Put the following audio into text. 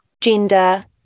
gender